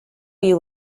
you